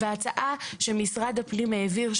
ההצעה שמשרד הפנים העביר,